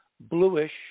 bluish